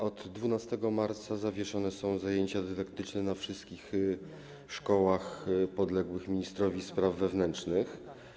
Od 12 marca zawieszone są zajęcia dydaktyczne we wszystkich szkołach podległych ministrowi spraw wewnętrznych.